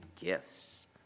gifts